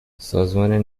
سازمان